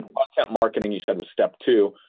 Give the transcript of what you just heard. content marketing, you said was step two.